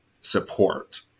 support